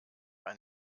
ein